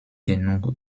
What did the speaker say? genug